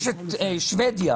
יש שבדיה.